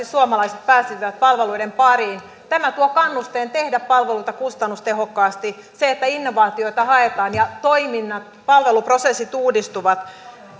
suomalaiset pääsisivät yhdenvertaisesti palveluiden pariin tämä tuo kannusteen tehdä palveluita kustannustehokkaasti innovaatioita haetaan ja toiminnat palveluprosessit uudistuvat